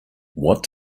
what